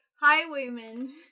highwaymen